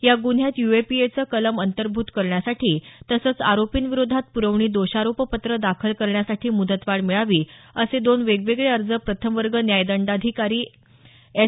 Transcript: या गुन्ह्यात यूएपीएचं कलम अंर्तभूत करण्यासाठी तसंच आरोपींविरोधात प्रवणी दोषारोपपत्र दाखल करण्यासाठी मुदतवाढ मिळावी असे दोन वेगवेगळे अर्ज प्रथम वर्ग न्यायदंडाधिकारी एस